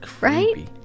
Right